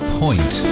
point